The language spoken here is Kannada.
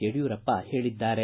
ಯಡಿಯೂರಪ್ಪ ಹೇಳಿದ್ದಾರೆ